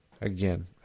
Again